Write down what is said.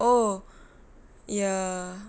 oh ya